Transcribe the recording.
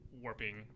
warping